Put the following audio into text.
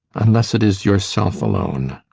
unless it is yourself alone.